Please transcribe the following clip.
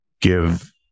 give